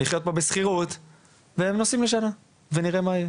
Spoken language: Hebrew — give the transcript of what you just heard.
לחיות פה בשכירות והם החליטו שהם נוסעים לשנה ואז נראה מה יהיה,